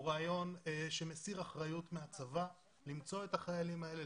הוא רעיון שמסיר אחריות מהצבא למצוא את החיילים האלה,